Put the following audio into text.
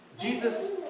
Jesus